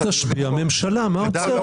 אז תשביע ממשלה, מה עוצר אותך?